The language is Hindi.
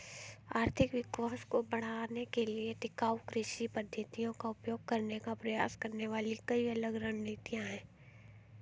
आर्थिक विकास को बढ़ाने के लिए टिकाऊ कृषि पद्धतियों का उपयोग करने का प्रयास करने वाली कई अलग रणनीतियां हैं